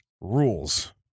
rules